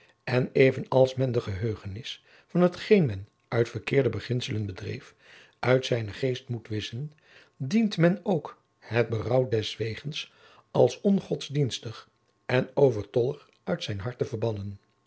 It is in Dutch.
en even als men de geheugenis van hetgeen men uit verkeerde beginselen bedreef uit zijnen geest moet wisschen dient men ook het berouw deswegens als ondienstig en overtollig uit zijn hart te verbannen